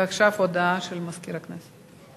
ועכשיו הודעה של סגן מזכירת הכנסת.